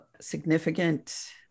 significant